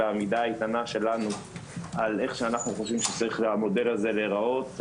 העמידה האיתנה שלנו על איך שאנחנו חושבים שהמודל הזה צריך להיראות,